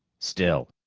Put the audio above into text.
still.